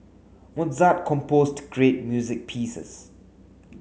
Mozart composed great music pieces